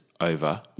over